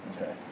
Okay